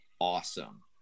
awesome